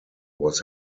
was